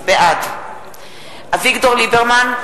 בעד אביגדור ליברמן,